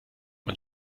man